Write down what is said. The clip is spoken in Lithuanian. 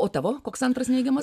o tavo koks antras neigiamas